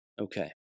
Okay